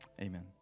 Amen